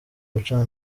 gucana